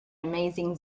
amazing